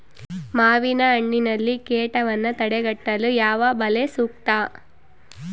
ಮಾವಿನಹಣ್ಣಿನಲ್ಲಿ ಕೇಟವನ್ನು ತಡೆಗಟ್ಟಲು ಯಾವ ಬಲೆ ಸೂಕ್ತ?